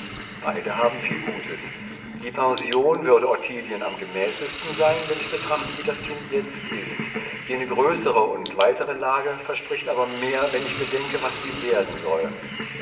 beide haben viel gutes die pension würde ottilien am gemäßesten sein wenn ich betrachte wie das kind jetzt ist jene größere und weitere lage verspricht aber mehr wenn ich bedenke was sie werden soll